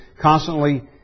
constantly